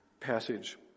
Passage